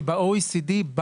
שב-OECD,